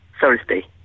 Thursday